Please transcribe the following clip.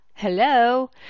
Hello